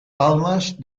balmes